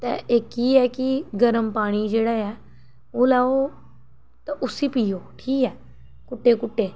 ते इक एह् ऐ कि गरम पानी जेह्ड़ा ऐ ओह् लैओ ते उसी पियो ठीक ऐ घुट्टे घुट्टे